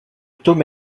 tome